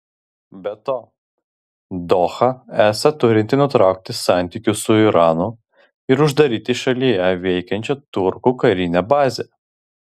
be to doha esą turi nutraukti santykius su iranu ir uždaryti šalyje veikiančią turkų karinę bazę